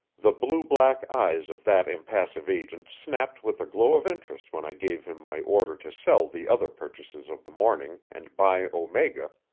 the blue-black eyes of that impassive agent snapped with a glow of interest when i gave him my order to sell the other purchases of the morning and buy omega,